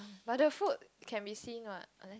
but the food can be seeing what